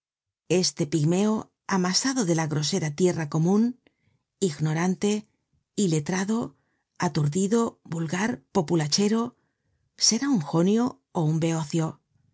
este pigmeo ama sado de la grosera tierra comun ignorante iletrado aturdido vulgar populachero será un jonio ó un beocio